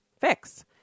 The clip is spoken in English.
fix